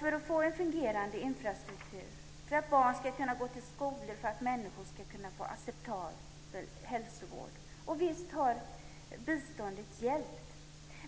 för att få en fungerande infrastruktur, för att barn ska kunna gå till skolor och för att människor ska kunna få acceptabel hälsovård. Och visst har biståndet hjälpt.